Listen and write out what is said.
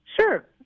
Sure